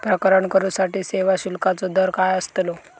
प्रकरण करूसाठी सेवा शुल्काचो दर काय अस्तलो?